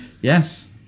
Yes